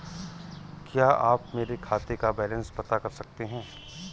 क्या आप मेरे खाते का बैलेंस बता सकते हैं?